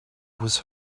was